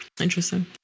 Interesting